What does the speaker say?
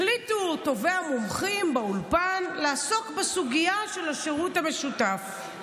החליטו טובי המומחים באולפן לעסוק בסוגיה של השירות המשותף.